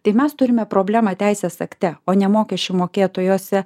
tai mes turime problemą teisės akte o ne mokesčių mokėtojuose